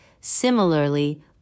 similarly